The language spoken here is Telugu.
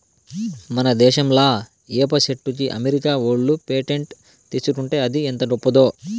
మన దేశంలా ఏప చెట్టుకి అమెరికా ఓళ్ళు పేటెంట్ తీసుకుంటే అది ఎంత గొప్పదో